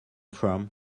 from